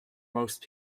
most